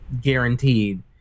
guaranteed